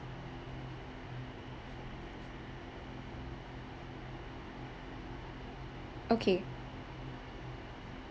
okay